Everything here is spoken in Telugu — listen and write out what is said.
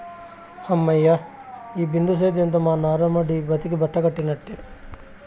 హమ్మయ్య, ఈ బిందు సేద్యంతో మా నారుమడి బతికి బట్టకట్టినట్టే